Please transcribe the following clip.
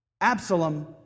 Absalom